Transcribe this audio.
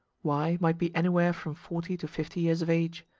y might be anywhere from forty to fifty years of age.